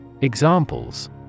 Examples